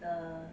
the